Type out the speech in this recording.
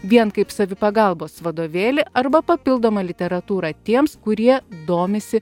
vien kaip savipagalbos vadovėlį arba papildomą literatūrą tiems kurie domisi